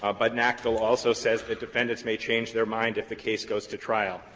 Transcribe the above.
ah but nacdl also says that defendants may change their mind if the case goes to trial,